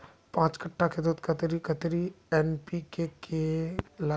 पाँच कट्ठा खेतोत कतेरी कतेरी एन.पी.के के लागबे?